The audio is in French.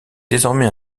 désormais